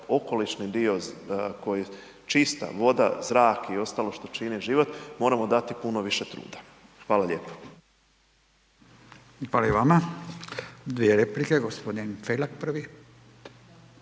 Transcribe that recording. okolišni dio koji je čista voda, zrak i ostalo što čine život, moramo dati puno više truda, hvala lijepo. **Radin, Furio (Nezavisni)** Hvala i vama. Dvije replike, g. Felak prvi.